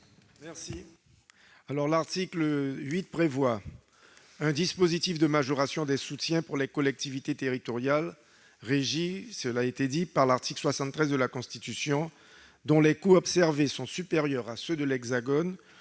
Karam. L'article 8 prévoit un dispositif de majoration des soutiens pour les collectivités territoriales régies par l'article 73 de la Constitution, dont les coûts observés sont supérieurs à ceux de l'Hexagone,